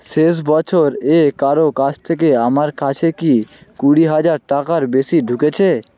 শেষ বছর এ কারো কাছ থেকে আমার কাছে কি কুড়ি হাজার টাকার বেশি ঢুকেছে